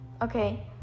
Okay